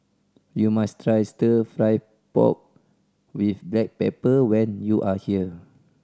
you must try Stir Fry pork with black pepper when you are here